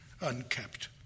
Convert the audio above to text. unkept